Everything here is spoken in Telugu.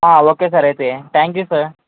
హా ఒకే సార్ ఐతే థ్యాంక్ యూ సార్